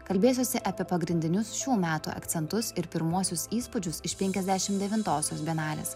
kalbėsiuosi apie pagrindinius šių metų akcentus ir pirmuosius įspūdžius iš penkiasdešimt devintosios bienalės